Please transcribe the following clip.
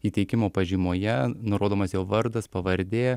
įteikimo pažymoje nurodomas jo vardas pavardė